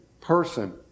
person